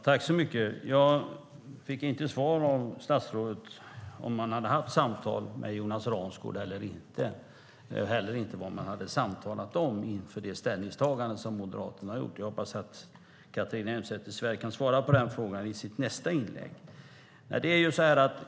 Herr talman! Jag fick inget svar från statsrådet om man hade haft samtal med Jonas Ransgård eller inte och heller inte vad man hade samtalat om inför det ställningstagande som Moderaterna har gjort. Jag hoppas att Catharina Elmsäter-Svärd kan svara på den frågan i sitt nästa inlägg.